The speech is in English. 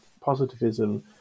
positivism